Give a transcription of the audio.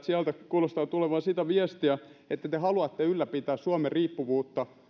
sieltä kuulostaa tulevan sitä viestiä että te haluatte ylläpitää suomen riippuvuutta